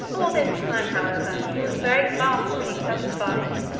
all this time, however, he was very far from being satisfied,